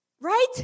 Right